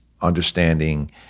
understanding